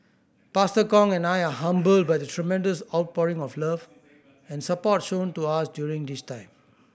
Pastor Kong and I are humbled by the tremendous outpouring of love and support shown to us during this time